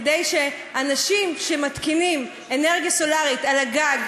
כדי שאנשים שמפיקים אנרגיה סולארית על הגג